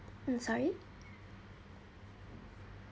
I'm sorry